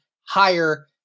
higher